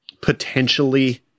potentially